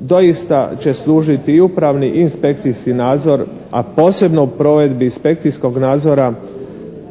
doista će služiti i upravni inspekcijski nadzor, a posebno u provedbi inspekcijskog nadzora